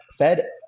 Fed